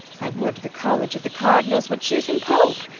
i would the colledge of the cardinalls would chuse him pope,